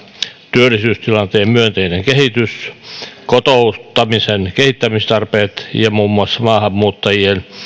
työllisyystilanteen myönteinen kehitys sekä kotouttamisen kehittämistarpeet ja muun muassa maahanmuuttajien